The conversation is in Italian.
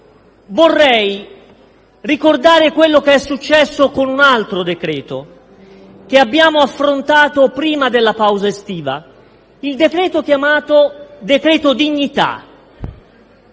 vorrei ricordare quello che è successo con un altro decreto che abbiamo affrontato prima della pausa estiva, il cosiddetto decreto dignità.